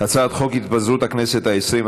הצעת חוק התפזרות הכנסת העשרים,